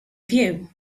view